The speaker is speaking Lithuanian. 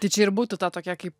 tai čia ir būtų ta tokia kaip